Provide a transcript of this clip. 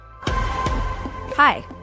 Hi